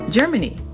Germany